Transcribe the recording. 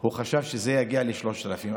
הוא חשב שזה יגיע ל-3,000.